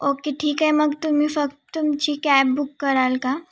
okay ठीक आहे मग तुम्ही फक्त तुमची कॅब बुक कराल का